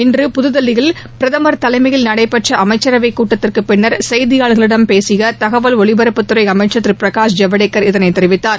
இன்று புதுதில்லியில் பிரதமர் தலைமையில் நடைபெற்ற அமைச்சரவைக் கூட்டத்திற்குப் பின்னர் செய்தியாளர்களிடம் பேசிய தகவல் ஒலிபரப்புத் துறை அமைச்சர் திரு பிரகாஷ் ஜவ்டேகர் இதனைத் தெரிவித்தார்